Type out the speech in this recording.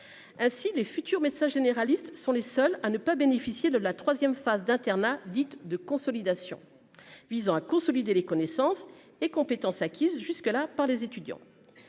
ainsi les futurs médecins généralistes sont les seuls à ne pas bénéficier de la 3ème phase d'internat, dite de consolidation visant à consolider les connaissances et compétences acquises jusque-là par les étudiants,